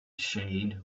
shade